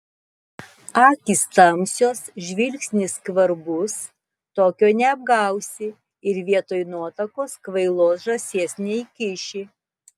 akys tamsios žvilgsnis skvarbus tokio neapgausi ir vietoj nuotakos kvailos žąsies neįkiši